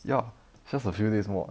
ya just a few days more